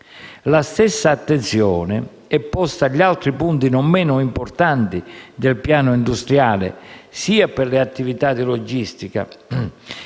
La stessa attenzione è posta agli altri punti non meno importanti del piano industriale. Sia per le attività di logistica